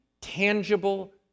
tangible